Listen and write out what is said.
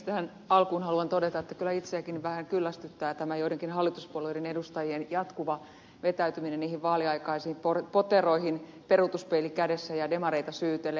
tähän alkuun haluan kyllä todeta että itseänikin vähän kyllästyttää tämä joidenkin hallituspuolueiden edustajien jatkuva vetäytyminen niihin vaaliaikaisiin poteroihin peruutuspeili kädessä ja demareita syytellen